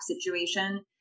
situation